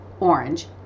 orange